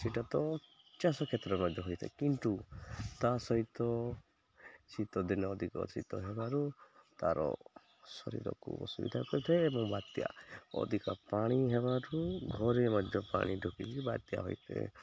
ସେଇଟା ତ ଚାଷ କ୍ଷେତ୍ରରେ ମଧ୍ୟ ହୋଇଥାଏ କିନ୍ତୁ ତା ସହିତ ଶୀତ ଦିନେ ଅଧିକ ଶୀତ ହେବାରୁ ତା'ର ଶରୀରକୁ ଅସୁବିଧା ହୋଇଥାଏ ଏବଂ ବାତ୍ୟା ଅଧିକା ପାଣି ହେବାରୁ ଘରେ ମଧ୍ୟ ପାଣି ଢୁକିକି ବାତ୍ୟା ହୋଇଥାଏ